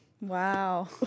Wow